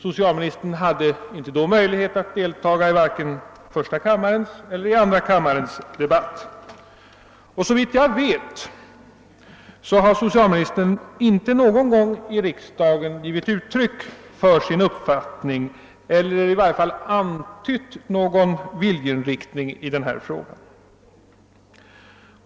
Socialministern hade då inte möjlighet att delta i vare sig första eller andra kammarens debatt, och såvitt jag vet har han inte någon gång här i riksdagen givit uttryck för sin uppfattning härvidlag eller antytt någon viljeinriktning i denna fråga.